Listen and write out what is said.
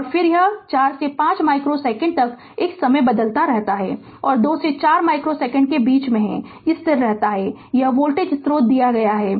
और फिर से 4 से 5 माइक्रो सेकेंड तक यह समय बदलता रहता है 2 से 4 माइक्रो सेकेंड के बीच में यह स्थिर रहता है यह वोल्टेज स्रोत दिया गया है